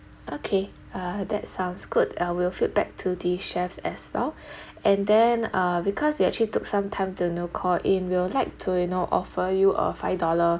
okay uh that sounds good I will feedback to the chefs as well and then uh because you actually took some time to you know to call in we would like to you know offer you a five dollar